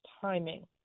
timing